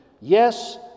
Yes